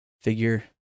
figure